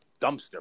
dumpster